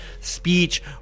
speech